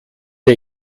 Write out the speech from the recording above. der